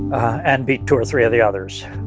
and beat two or three of the others.